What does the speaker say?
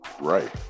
Right